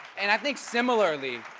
and i think similarly,